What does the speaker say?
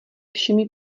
všemi